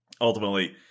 ultimately